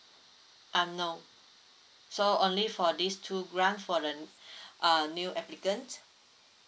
um no so only for these two grant for the err new applicant